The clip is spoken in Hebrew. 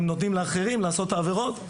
הם נותנים לאחרים לעשות את העבירות.